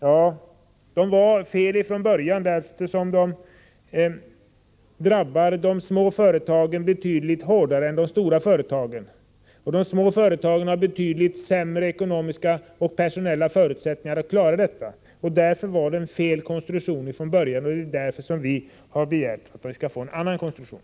Men de var fel från början, eftersom de drabbar de små företagen betydligt hårdare än de stora, och de små företagen har betydligt sämre ekonomiska och personella förutsättningar att klara situationen. Konstruktionen var felaktig från början, och det är därför vi har begärt en annan konstruktion.